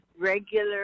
regular